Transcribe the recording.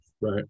Right